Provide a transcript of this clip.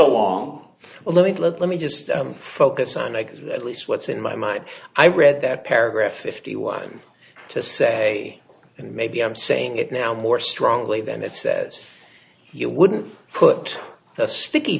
along well let me let me just focus on exit at least what's in my mind i read that paragraph fifty one to say and maybe i'm saying it now more strongly than it says you wouldn't put the sticky